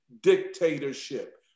dictatorship